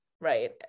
right